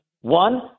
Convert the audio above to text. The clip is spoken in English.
One